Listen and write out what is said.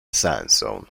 sandstone